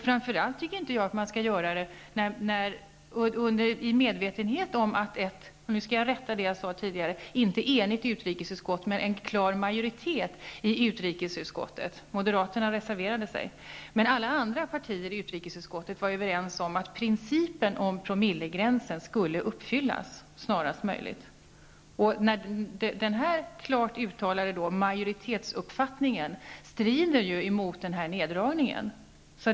Framför allt skall man inte göra det i medvetande om -- och nu skall jag rätta vad jag sade tidigare -- att inte ett enigt utrikesutskott men en klar majoritet i utrikesutskottet ansåg att promillemålet skulle uppfyllas snarast möjligt. Moderaterna reserverade sig ju. Majoritetens klart uttalade uppfattning strider mot neddragningen.